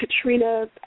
Katrina